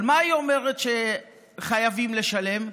מה היא אומרת שחייבים לשלם?